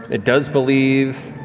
it does believe.